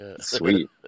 Sweet